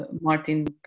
Martin